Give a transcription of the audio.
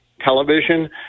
television